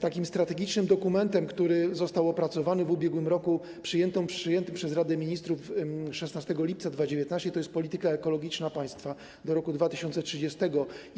Takim strategicznym dokumentem, który został opracowany w ubiegłym roku, przyjętym przez Radę Ministrów 16 lipca 2019 r., jest polityka ekologiczna państwa do roku 2030.